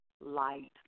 light